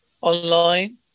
online